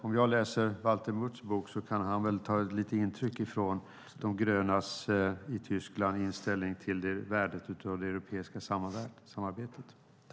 Om jag läser Valter Mutts bok kan väl han ta lite intryck av De grönas i Tyskland inställning till värdet av det europeiska samarbetet.